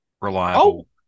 reliable